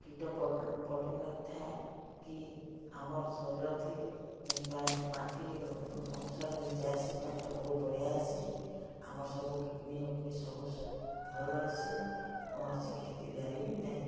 କୀଟ ପତଙ୍ଗ ପଡ଼ିନଥାଏ କି ଆମର୍ ଶରୀର ଥି ଯେନ୍ ପାଏନ୍ ମାଟି ଅନୁସାରେ ଯେନ୍ ଯାଏସି ପାଏନ୍ ସେଟା ବହୁତ୍ ବଢ଼ିଆ ହେସି ଆମର୍ ସବୁ କିଡ଼୍ନି ବିଟ୍ନି ସବୁ ଭଲ୍ ରହେସି କୌଣସି କ୍ଷତିଦାରୀ ବି ନାହିଁ